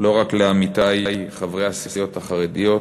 לא רק לעמיתי חברי הסיעות החרדיות,